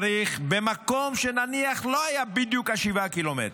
במקום שנניח לא היה בדיוק ב-7 קילומטר,